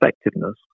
effectiveness